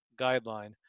guideline